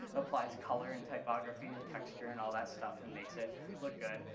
applies color and typography and texture and all that stuff and makes it look good.